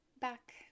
back